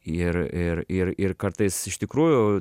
ir ir ir ir kartais iš tikrųjų